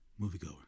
moviegoer